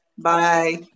Bye